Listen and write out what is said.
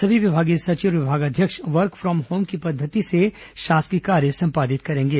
सभी विभागीय सचिव और विभागाध्यक्ष वर्क फॉर्म होम की पद्वति से शासकीय कार्य संपादित करेंगे